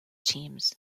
teams